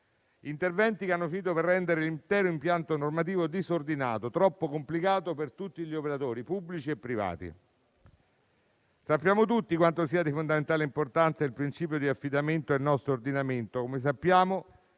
interventi che hanno finito per rendere l'intero impianto normativo disordinato, troppo complicato per tutti gli operatori pubblici e privati. Sappiamo tutti quanto sia di fondamentale importanza il principio di affidamento nel nostro ordinamento,